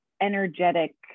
energetic